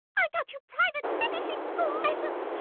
i got you private finishing school lessons!